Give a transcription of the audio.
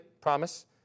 promise